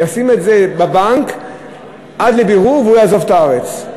ישים את זה בבנק עד לבירור ויעזוב את הארץ.